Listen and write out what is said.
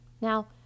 Now